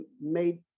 made